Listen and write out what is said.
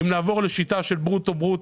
אם נעבור לשיטה של ברוטו-ברוטו.